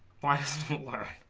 buy tsla